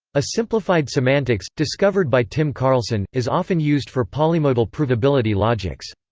a simplified semantics, discovered by tim carlson, is often used for polymodal provability logics.